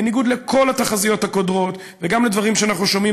בניגוד לכל התחזיות הקודרות וגם לדברים שאנחנו שומעים